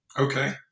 Okay